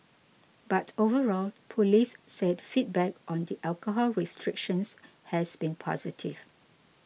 but overall police said feedback on the alcohol restrictions has been positive